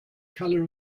color